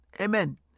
amen